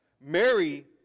Mary